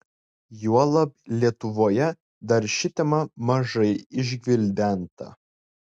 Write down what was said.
juolab lietuvoje dar ši tema mažai išgvildenta